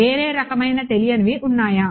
వేరే రకమైన తెలియనివి ఉన్నాయా